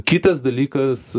kitas dalykas